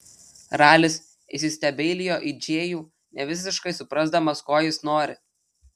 ralis įsistebeilijo į džėjų nevisiškai suprasdamas ko jis nori